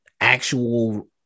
actual